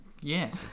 Yes